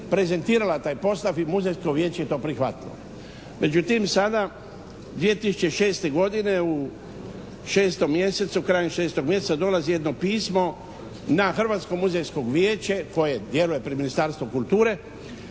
prezentirala taj postav i Muzejsko vijeće je to prihvatilo. Međutim, sada 2006. godine u 6 mjesecu, krajem 6 mjeseca dolazi jedno pismo na Hrvatsko muzejsko vijeće koje djeluje pri Ministarstvu kulture